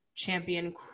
champion